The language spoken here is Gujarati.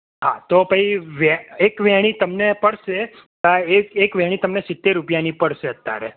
હા તો એક વેણિ તમને પડશે એક વેણિ સિત્તેર રૂપિયાની પડશે અતારે